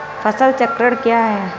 फसल चक्रण क्या है?